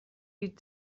die